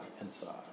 inside